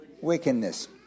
wickedness